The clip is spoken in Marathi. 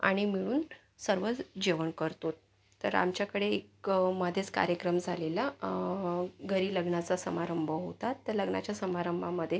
आणि मिळून सर्वच जेवण करतोत तर आमच्याकडे एक मधेच कार्यक्रम झालेला घरी लग्नाचा समारंभ होता तर लग्नाच्या समारंभामध्ये